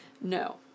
No